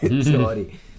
sorry